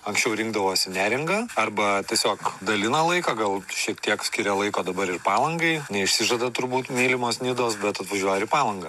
anksčiau rinkdavosi neringą arba tiesiog dalina laiką gal šiek tiek skiria laiko dabar ir palangai neišsižada turbūt mylimos nidos bet atvažiuoja ir į palangą